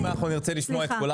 אם אנחנו נרצה לשמוע את כולם,